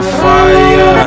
fire